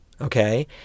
okay